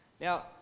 Now